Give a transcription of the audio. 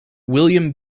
william